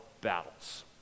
battles